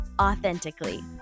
authentically